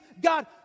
god